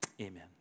Amen